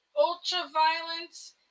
ultra-violence